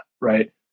right